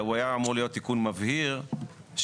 הוא היה אמור להיות תיקון מבהיר שכשתוכנית